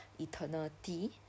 eternity